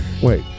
wait